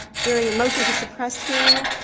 during a motion to suppress hearing.